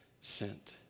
sent